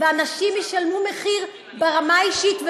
ואנשים ישלמו מחיר ברמה האישית,